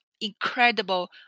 incredible